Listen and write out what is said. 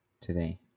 today